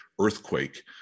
Earthquake